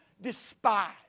despise